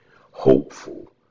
hopeful